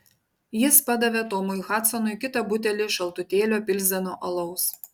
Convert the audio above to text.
jis padavė tomui hadsonui kitą butelį šaltutėlio pilzeno alaus